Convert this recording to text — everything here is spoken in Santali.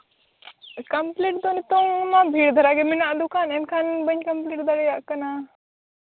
ᱠᱚᱢᱯᱞᱤᱴ ᱫᱚ ᱱᱤᱛᱚᱝ ᱵᱷᱤᱲ ᱫᱷᱟᱨᱟ ᱜᱮ ᱢᱮᱱᱟᱜᱼᱟ ᱫᱚᱠᱟᱱ ᱮᱱᱠᱷᱟᱱ ᱵᱟᱹᱧ ᱠᱚᱢᱯᱞᱤᱴ ᱫᱟᱲᱮᱭᱟᱜ ᱠᱟᱱᱟ